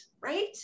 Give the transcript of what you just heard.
right